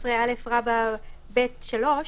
16א(ב)(3)